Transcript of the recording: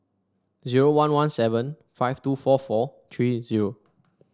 zero one one seven five two four four three zero